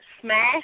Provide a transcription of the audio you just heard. Smash